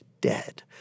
dead